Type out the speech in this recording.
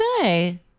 say